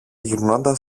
γυρνώντας